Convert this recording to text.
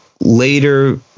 later